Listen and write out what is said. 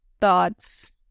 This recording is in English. thoughts